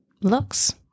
looks